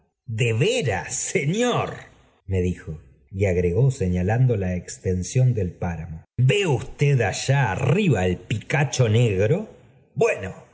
de veras señor me dijo y agregó señalando la extensión del páramo ve usted allá arriba el picacho jegro bueno